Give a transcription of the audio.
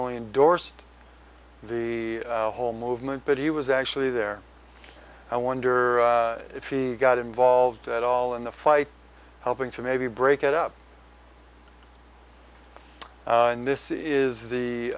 only endorsed the whole movement but he was actually there i wonder if he got involved at all in the fight helping to maybe break it up and this is the